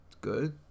good